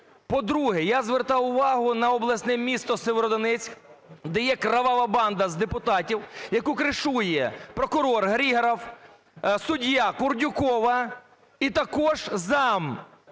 По-друге, я звертав увагу на обласне місто Сєвєродонецьк, де є кривава банда з депутатів, яку "кришує" прокурор Григоров, суддя Курдюкова і також